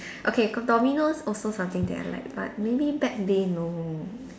okay Domino's also something that I like but maybe bad day no